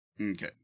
Okay